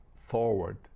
forward